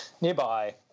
nearby